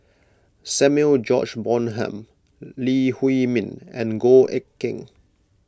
Samuel George Bonham Lee Huei Min and Goh Eck Kheng